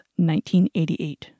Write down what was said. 1988